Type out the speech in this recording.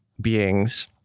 beings